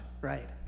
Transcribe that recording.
Right